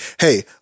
hey